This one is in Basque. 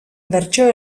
bertso